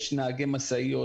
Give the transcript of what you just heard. יש נהגי משאיות,